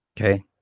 Okay